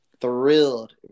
thrilled